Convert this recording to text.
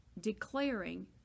declaring